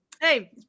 Hey